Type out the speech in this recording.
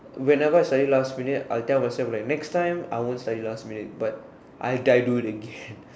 whenever I study last minute I tell myself like next time I won't study last minute but I died do it again